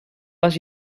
les